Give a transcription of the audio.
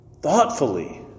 thoughtfully